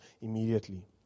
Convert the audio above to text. immediately